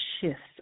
shifts